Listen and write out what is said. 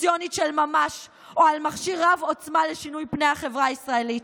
קונסטיטוציונית של ממש או על מכשיר רב-עוצמה לשינוי פני החברה הישראלית,